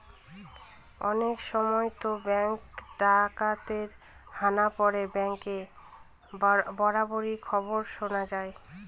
অনেক সময়তো ব্যাঙ্কে ডাকাতের হানা পড়ে ব্যাঙ্ক রবারির খবর শোনা যায়